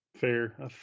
Fair